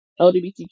LGBTQ